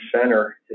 center